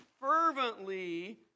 fervently